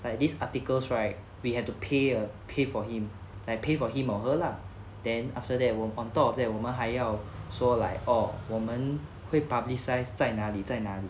like these articles right we have to pay uh pay for him like pay for him or her lah then after that we on top of that 我们还要说 like oh 我们会 publicised 在哪里哪里